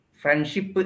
friendship